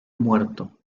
muerto